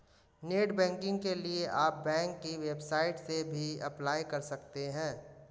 net banking के लिए आप बैंक की वेबसाइट से भी अप्लाई कर सकते है